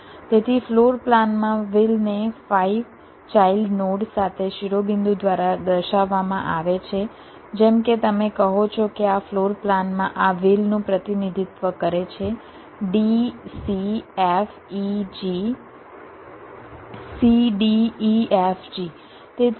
તેથી ફ્લોર પ્લાનમાં વ્હીલને 5 ચાઇલ્ડ નોડ સાથે શિરોબિંદુ દ્વારા દર્શાવવામાં આવે છે જેમ કે તમે કહો છો કે આ ફ્લોર પ્લાનમાં આ વ્હીલનું પ્રતિનિધિત્વ કરે છે d c f e g c d e f g